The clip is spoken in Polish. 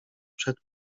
przed